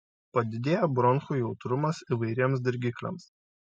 padidėja bronchų jautrumas įvairiems dirgikliams